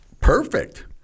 perfect